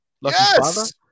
Yes